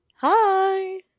Hi